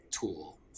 tool